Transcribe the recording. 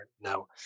now